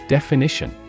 Definition